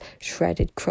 shredded